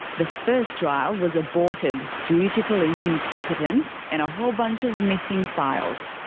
the first trial was aborted due to police incompetence and a whole bunch of missing files.